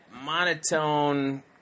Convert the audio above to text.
monotone